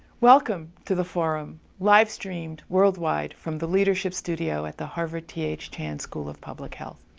welcome to the forum, livestreamed worldwide from the leadership studio at the harvard th chan school of public health.